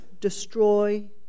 destroy